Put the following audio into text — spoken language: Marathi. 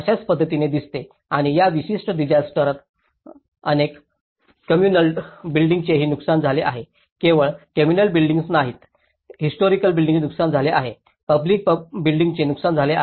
अशाच पद्धतीने दिसते आणि या विशिष्ट डिसास्टरत अनेक कोम्मुनल बिल्डींग्सचेही नुकसान झाले आहे केवळ कोम्मुनल बिल्डींग्सच नाहीत हिस्टोरिक बिल्डींग्सचे नुकसान झाले आहे पब्लिक बिल्डींग्सचे नुकसान झाले आहे